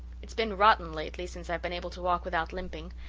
it's been rotten lately, since i've been able to walk without limping.